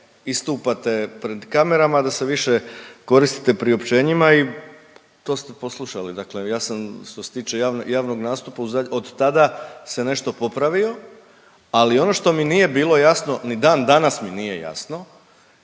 istupate pred kamerama, a da se više koristite priopćenjima i to ste poslušali, dakle ja sam, što se tiče javnog nastupa od tada se nešto popravio, ali ono što mi nije bilo jasno ni dandanas mi nije jasno,